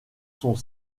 sont